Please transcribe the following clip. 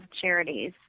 charities